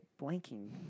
blanking